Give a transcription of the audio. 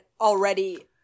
already